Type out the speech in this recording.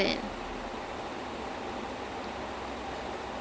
ya ya he was fully a Netflix show